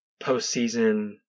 postseason